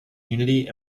unity